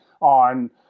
on